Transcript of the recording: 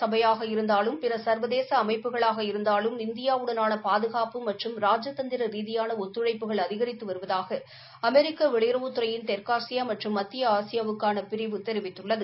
சபையாக இருந்தாலும் பிற சர்வதேச அமைப்புகளாக இருந்தாலும் இந்தியாவுடனான பாதுகாப்பு மற்றும் ராஜதந்திர ரீதியான ஒத்துழைப்புகள் அதிகரித்து வருதாக அமெரிக்க வெளியுறவுத்துறையின் தெற்காசியா மற்றும் மத்திய ஆசியாவுக்கான பிரிவு தெரிவித்துள்ளது